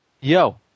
Yo